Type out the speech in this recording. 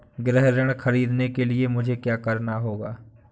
गृह ऋण ख़रीदने के लिए मुझे क्या करना होगा?